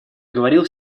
говорил